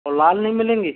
और लाल नहीं मिलेंगी